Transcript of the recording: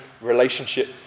relationship